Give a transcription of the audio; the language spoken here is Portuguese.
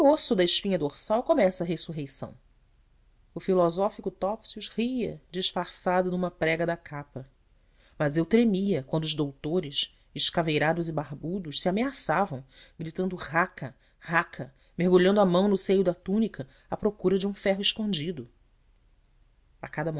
osso da espinha dorsal começa a ressurreição o filosófico topsius ria disfarçado numa prega da capa mas eu tremia quando os doutores escaveirados e barbudos se ameaçavam gritavam racca racca mergulhando a mão no seio da túnica à procura de um ferro escondido a cada